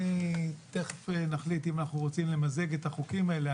תכף נחליט אם אנחנו רוצים למזג החוקים האלה.